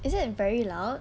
is it very loud